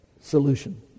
solution